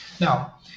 now